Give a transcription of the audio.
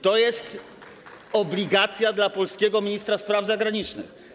To jest obligacja dla polskiego ministra spraw zagranicznych.